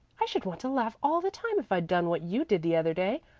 i should want to laugh all the time if i'd done what you did the other day.